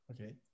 Okay